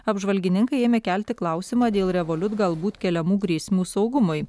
apžvalgininkai ėmė kelti klausimą dėl revoliut galbūt keliamų grėsmių saugumui